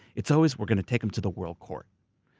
it's always, we're gonna take them to the world court.